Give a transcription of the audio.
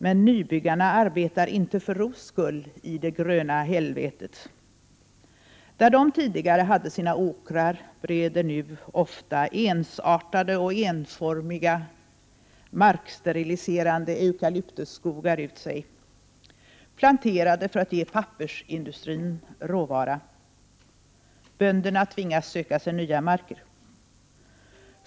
Men nybyggarna arbetar inte för ro skull i ”det gröna helvetet”. Där de tidigare hade sina åkrar breder nu ofta ensartade och enformiga marksteriliserande eucalyptusskogar ut sig, planterade för att ge pappersindustrin råvara. Bönderna tvingas söka sig nya marker.